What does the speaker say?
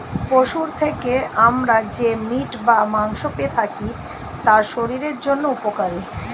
পশুর থেকে আমরা যে মিট বা মাংস পেয়ে থাকি তা শরীরের জন্য উপকারী